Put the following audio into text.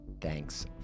Thanks